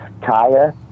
Kaya